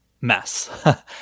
mess